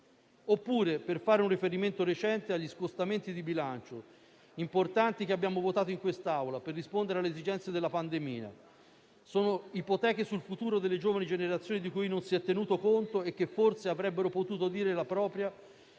Oppure, per fare un riferimento recente, ricordo gli importanti scostamenti di bilancio che abbiamo votato in Assemblea per rispondere alle esigenze della pandemia. Sono ipoteche sul futuro delle giovani generazioni di cui non si è tenuto conto e che forse avrebbero potuto dire la propria